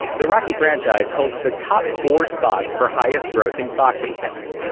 the rocky franchise holds the top four spots for highest grossing boxing films,